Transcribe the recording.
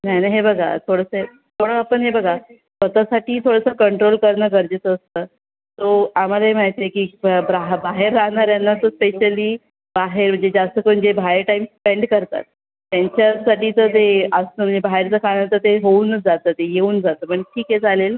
नाही नाही हे बघा थोडंसे थोडं आपण हे बघा स्वतःसाठी थोडासा कंट्रोल करणं गरजेचं असतं सो आम्हालाही माहिती आहे की भ ब्राहा बाहेर राहणाऱ्याला तर स्पेशली बाहेर जे जास्त करून जे बाहेर टाईम स्पेंड करतात त्यांच्यासाठी तर ते आज तुम्ही बाहेरचं खाणं तर ते होऊनच जातं ते येऊन जातं पण ठीक आहे चालेल